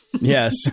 yes